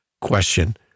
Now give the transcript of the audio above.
question